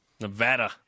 Nevada